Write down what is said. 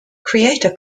creator